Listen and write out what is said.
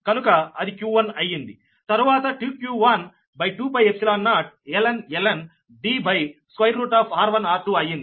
కనుక అది q1అయ్యింది తర్వాత 2q12π0ln Dr1 r2అయ్యింది